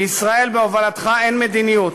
לישראל בהובלתך אין מדיניות,